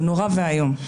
זה נורא ואיום.